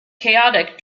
chaotic